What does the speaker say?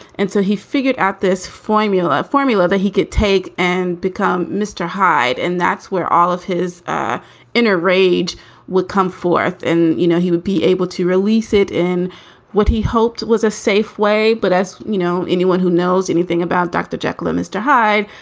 and so he figured out this formula, formula that he could take and become mr. hyde. and that's where all of his ah inner rage would come forth. and, you know, he would be able to release it in what he hoped was a safe way. but as you know, anyone who knows anything about dr. jekyll and mr. hyde,